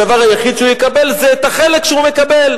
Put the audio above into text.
הדבר היחיד שהוא יקבל זה את החלק שהוא מקבל.